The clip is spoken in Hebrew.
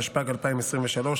התשפ"ג 2023,